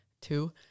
two